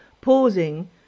pausing